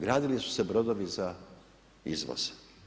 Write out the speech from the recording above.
Gradili su se brodovi za izvoz.